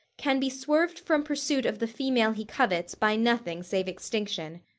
can be swerved from pursuit of the female he covets, by nothing save extinction.